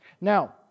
Now